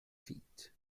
feet